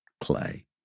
clay